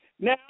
Now